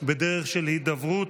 בדרך של הידברות.